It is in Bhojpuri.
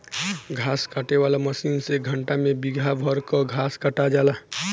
घास काटे वाला मशीन से घंटा में बिगहा भर कअ घास कटा जाला